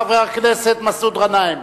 חבר הכנסת מסעוד גנאים.